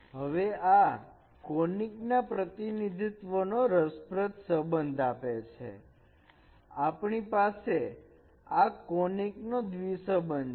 હવે આ કોનીક ના પ્રતિનિધિત્વ નો રસપ્રદ સંબંધ આપે છે આપણી પાસે આ કોનીક નો દ્વિસંબંધ છે